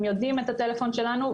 הם יודעים את הטלפון שלנו,